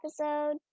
episode